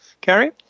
Carrie